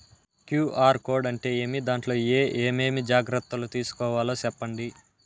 QR code అంటే ఏమి? దాంట్లో ఏ ఏమేమి జాగ్రత్తలు తీసుకోవాలో సెప్పండి?